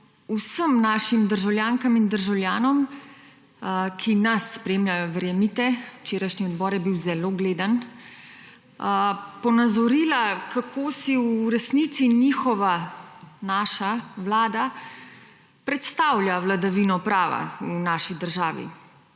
vsem našim državljankam in državljanom, ki nas spremljajo, verjemite, včerajšnji odbor je bil zelo gledan, ponazorila, kako si v resnici njihova, naša, vlada predstavlja vladavino prava v naši državi.